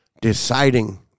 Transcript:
Deciding